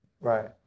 Right